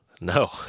no